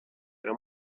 era